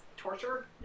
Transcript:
torture